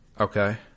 Okay